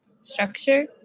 structure